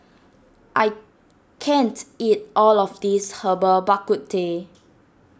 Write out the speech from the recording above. I can't eat all of this Herbal Bak Ku Teh